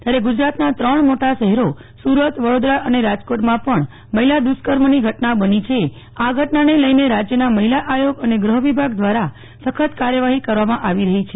ત્યારે ગુજરાતના ત્રણ મોટા શહેરો સુરત વડોદરા રાજકોટમાં પણ મહિલા દ્રષ્કર્મની ઘટના બની છે આ ઘટનાને લઈને રાજ્યના મહિલા આયોગ અને ગૂહ વિભાગ દ્વારા સખત કાર્યવાહી કરવામાં આવી રહી છે